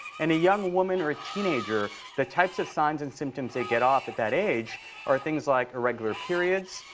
and a young woman or a teenager, the types of signs and symptoms they get off at that age are things like irregular periods.